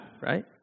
right